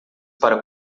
para